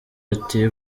ati